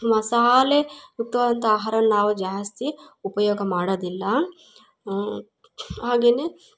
ಮಸಾಲೆ ಯುಕ್ತವಾದಂತಹ ಆಹಾರವನ್ನು ನಾವು ಜಾಸ್ತಿ ಉಪಯೋಗ ಮಾಡೋದಿಲ್ಲ ಹಾಗೇ